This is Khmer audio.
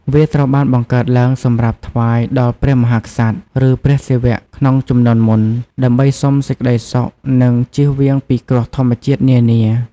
វាត្រូវបានបង្កើតឡើងសម្រាប់ថ្វាយដល់ព្រះមហាក្សត្រ ឬ ព្រះសេវៈក្នុងជំនាន់មុន ដើម្បីសុំសេចក្តីសុខ និង ជៀសវាងពីគ្រោះធម្មជាតិនានា។